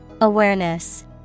Awareness